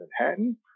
Manhattan